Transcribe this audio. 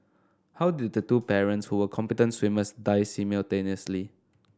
how did the two parents who were competent swimmers die simultaneously